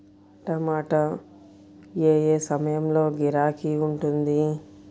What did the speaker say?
టమాటా ఏ ఏ సమయంలో గిరాకీ ఉంటుంది?